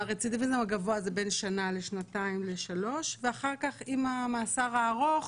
הרצידיביזם הגבוה זה בין שנה לשנתיים לשלוש ואחר כך עם המאסר הארוך